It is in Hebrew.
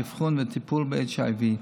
אבחון וטיפול ב-HIV.